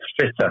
fitter